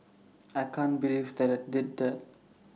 I can't believe that I did that